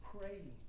praying